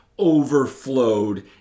overflowed